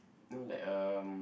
no like um